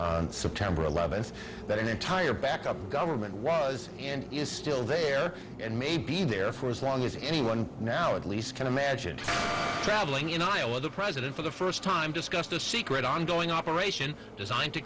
on september eleventh that an entire back up government was and is still there and may be there for as long as anyone now at least can imagine traveling in iowa the president for the first time discussed a secret ongoing operation designed to